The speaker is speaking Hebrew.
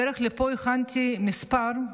בדרך לפה הכנתי מספר,